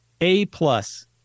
A-plus